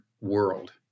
world